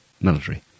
military